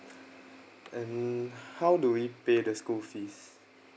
and how do we pay the school fees